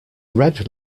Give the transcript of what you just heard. red